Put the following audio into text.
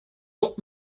what